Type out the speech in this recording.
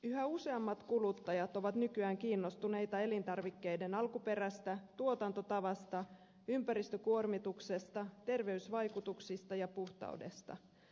yhä useammat kuluttajat ovat nykyään kiinnostuneita elintarvikkeiden alkuperästä tuotantotavasta ympäristökuormituksesta terveysvaikutuksista ja puhtaudesta